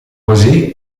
così